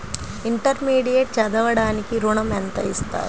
Intermediate చదవడానికి ఋణం ఎంత ఇస్తారు?